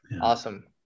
Awesome